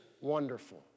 wonderful